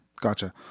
Gotcha